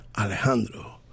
Alejandro